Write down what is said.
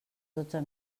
dotze